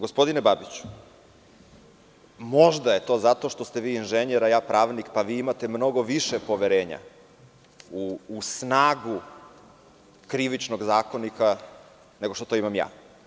Gospodine Babiću, možda je to zato što ste vi inženjer a ja pravnik, pa vi imate mnogo više poverenja u snagu KZ, nego što to imam ja.